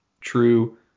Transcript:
true